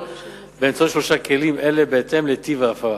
באמצעות שלושה כלים אלה בהתאם לטיב ההפרה: